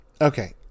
Okay